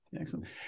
Excellent